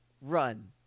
run